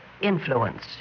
influence